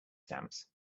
stamps